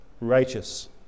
righteous